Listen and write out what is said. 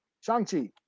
Shang-Chi